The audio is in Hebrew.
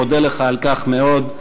מודה לך על כך מאוד,